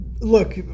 look